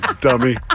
Dummy